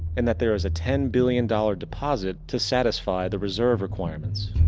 and that there is a ten billion dollar deposit to satisfy the reserve requirements.